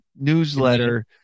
newsletter